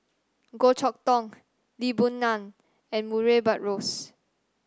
Goh Chok Tong Lee Boon Ngan and Murray Buttrose